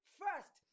first